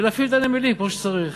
ולהפעיל את הנמלים כמו שצריך.